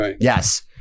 Yes